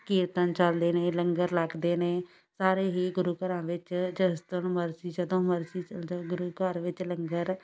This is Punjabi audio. ਕੀਰਤਨ ਚਲਦੇ ਨੇ ਲੰਗਰ ਲੱਗਦੇ ਨੇ ਸਾਰੇ ਹੀ ਗੁਰੂ ਘਰਾਂ ਵਿੱਚ ਜਿਸ ਦਿਨ ਮਰਜ਼ੀ ਜਦੋਂ ਮਰਜ਼ੀ ਚਲ ਜੋ ਗੁਰੂ ਘਰ ਵਿੱਚ ਲੰਗਰ